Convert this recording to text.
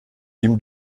ihm